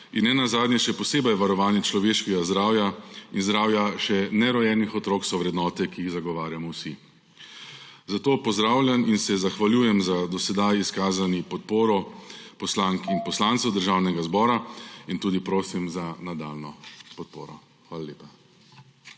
in nenazadnje še posebej varovanje človeškega zdravja in zdravja še nerojenih otrok so vrednote, ki jih zagovarjamo vsi. Zato pozdravljam in se zahvaljujem za do sedaj izkazano podporo poslank in poslancev Državnega zbora in tudi prosim za nadaljnjo podporo. Hvala lepa.